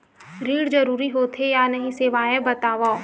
ऋण जरूरी होथे या नहीं होवाए बतावव?